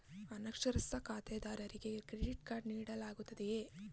ಅನಕ್ಷರಸ್ಥ ಖಾತೆದಾರರಿಗೆ credit card ನೀಡಲಾಗುತ್ತದೆಯೇ?